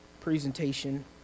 presentation